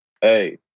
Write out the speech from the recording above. Hey